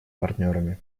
партнерами